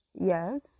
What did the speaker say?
Yes